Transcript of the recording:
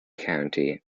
county